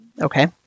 Okay